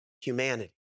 humanity